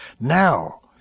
now